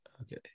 Okay